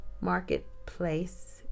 marketplace